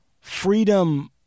freedom